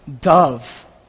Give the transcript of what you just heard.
dove